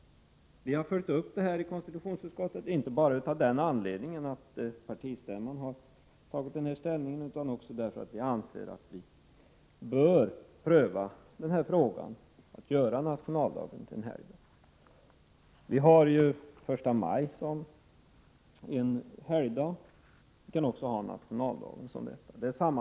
Vi har följt upp detta i konstitutionsutskottet inte bara därför att partistämman har tagit ställning utan också därför att vi anser att vi bör pröva frågan. Den 1 maj är ju en helgdag. Vi kan också ha nationaldagen som en helgdag.